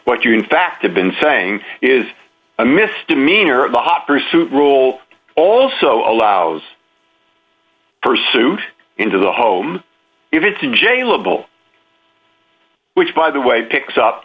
what you in fact have been saying is a misdemeanor the hot pursuit rule also allows pursuit into the home if it's an jailable which by the way picks up